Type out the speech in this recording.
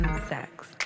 sex